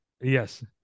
Yes